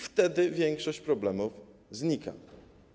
Wtedy większość problemów znika.